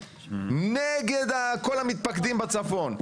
נגד כל המתפקדים בצפון,